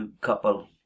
couple